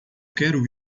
quero